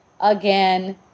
again